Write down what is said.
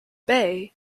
bay